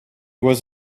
was